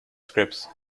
scripts